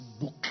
book